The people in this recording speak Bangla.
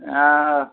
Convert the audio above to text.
হ্যাঁ